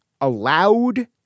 allowed